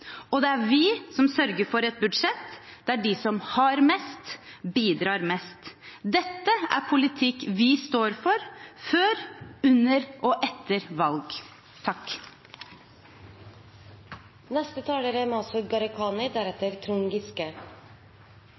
Og det er vi som sørger for et budsjett der de som har mest, bidrar mest. Dette er politikk vi står for før, under og etter valg. Selv om det begynner å bli seint, la oss være enstemmige og enige om at vi er